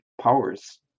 powers